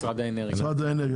משרד האנרגיה.